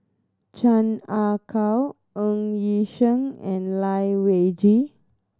Chan Ah Kow Ng Yi Sheng and Lai Weijie